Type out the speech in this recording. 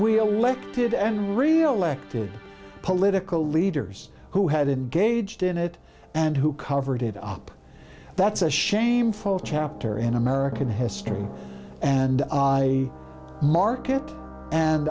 we elected and reelected political leaders who had engaged in it and who covered it up that's a shameful chapter in american history and i market and